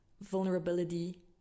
vulnerability